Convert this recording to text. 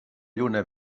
lluna